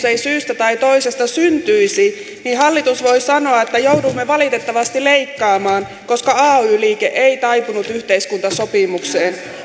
ei syystä tai toisesta syntyisi niin hallitus voi sanoa että joudumme valitettavasti leikkaamaan koska ay liike ei taipunut yhteiskuntasopimukseen